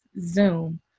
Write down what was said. Zoom